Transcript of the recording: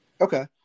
Okay